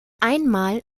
einmal